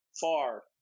far